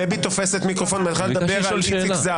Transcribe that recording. שלוש אצבעות זה